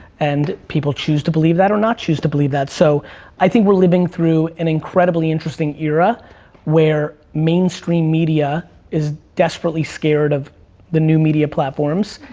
and people choose to believe that, or not choose to believe that. so i think we're living through an incredibly interesting era where mainstream media is desperately scared of the new media platforms,